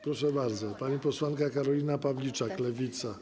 Proszę bardzo, pani posłanka Karolina Pawliczak, Lewica.